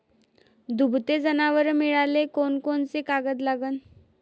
दुभते जनावरं मिळाले कोनकोनचे कागद लागन?